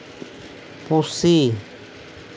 ᱯᱩᱥᱤ